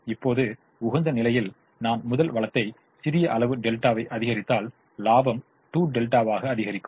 இப்போது உகந்த நிலையில் நான் முதல் வளத்தை சிறிய அளவு δ ஐ அதிகரித்தால் லாபம் 2δ ஆக அதிகரிக்கும்